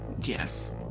Yes